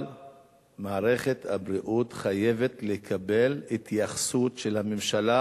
אבל מערכת הבריאות חייבת לקבל התייחסות של הממשלה,